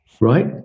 right